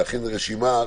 להכין רשימה,